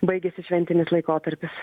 baigiasi šventinis laikotarpis